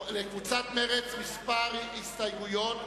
לקבוצת מרצ כמה הסתייגויות.